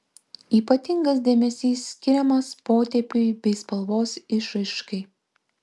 ypatingas dėmesys skiriamas potėpiui bei spalvos išraiškai